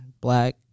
Black